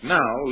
now